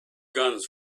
guns